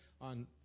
on